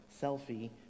selfie